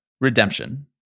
redemption